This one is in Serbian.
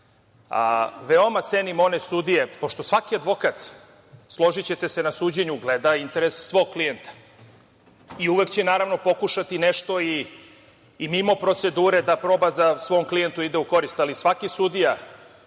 svojoj praksi. Pošto svaki advokat, složićete se, na suđenju gleda interes svog klijenta i uvek će, naravno, pokušati nešto i mimo procedure, da proba da svom klijentu ide u korist, ali svaki sudija